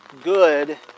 good